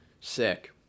Sick